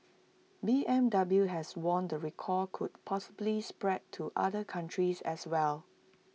B M W has warned the recall could possibly spread to other countries as well